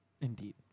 Indeed